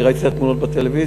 אני ראיתי את התמונות בטלוויזיה.